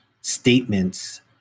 statements